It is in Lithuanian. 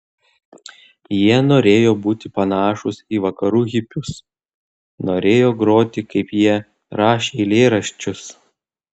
jie norėjo būti panašūs į vakarų hipius norėjo groti kaip jie rašė eilėraščius